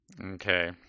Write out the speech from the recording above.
Okay